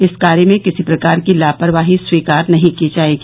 इस कार्य में किसी प्रकार की लापरवाही स्वीकार नहीं की जायेगी